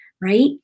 right